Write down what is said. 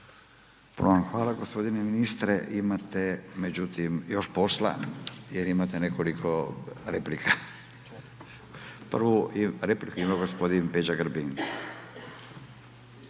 Puno vam hvala g. ministre. Imate međutim još posla jer imate nekoliko replika. Prvu repliku ima g. Peđa Grbin.